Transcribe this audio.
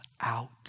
out